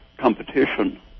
competition